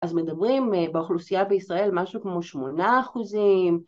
‫אז מדברים באוכלוסייה בישראל ‫משהו כמו 8%.